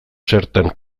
zertan